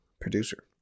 producer